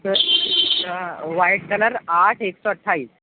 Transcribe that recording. سر white colour آٹھ ایک سو اٹھائیس